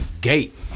gate